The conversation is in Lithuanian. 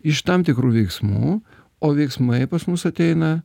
iš tam tikrų veiksmų o veiksmai pas mus ateina